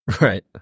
Right